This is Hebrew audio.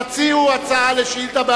תציעו הצעה לשאילתא בעל-פה.